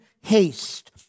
haste